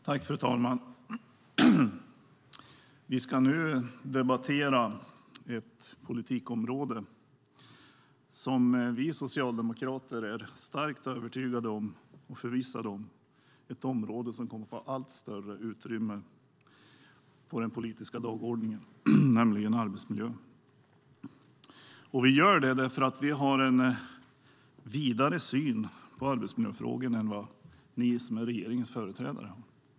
Fru talman! Vi ska nu debattera ett politikområde som vi socialdemokrater är starkt förvissade om kommer att få ett allt större utrymme på den politiska dagordningen, nämligen arbetsmiljön. Vi gör det därför att vi har en vidare syn på arbetsmiljöfrågorna än ni som är regeringens företrädare har.